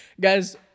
guys